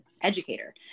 educator